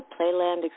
Playland